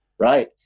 Right